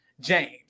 James